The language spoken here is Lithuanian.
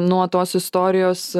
nuo tos istorijos